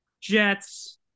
Jets